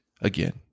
again